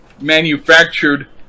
manufactured